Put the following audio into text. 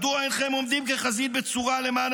מדוע אינכם עומדים כחזית בצורה למען